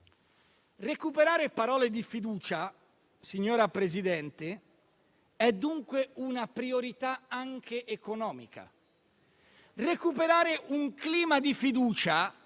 Recuperare parole di fiducia, signora Presidente, è dunque una priorità anche economica. Recuperare un clima di fiducia